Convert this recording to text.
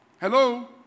Hello